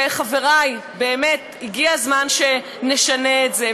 חברי, באמת, הגיע הזמן שנשנה את זה.